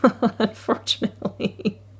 unfortunately